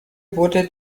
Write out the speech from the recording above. wurde